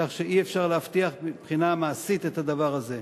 שאי-אפשר להבטיח מבחינה מעשית את הדבר הזה.